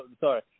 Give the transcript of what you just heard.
Sorry